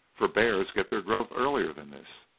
for bears get their growth earlier than this.